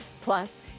Plus